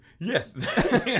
Yes